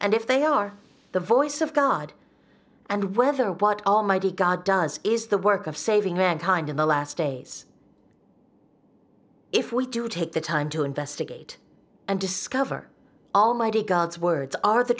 and if they are the voice of god and whether what almighty god does is the work of saving mankind in the last days if we do take the time to investigate and discover almighty god's words are the